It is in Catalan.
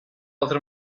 altra